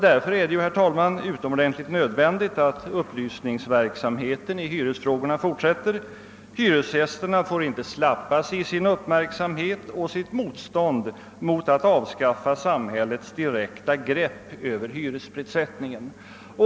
Därför är det, herr talman, utomordenntligt nödvändigt att upplysningsverksamheten i hyresfrågorna fortsätter. Hyresgästerna får inte slappas i sin uppmärksamhet och sitt motstånd mot avskaffande av samhällets direkta grepp över hyresprissättningen.